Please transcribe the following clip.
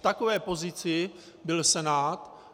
V takové pozici byl Senát.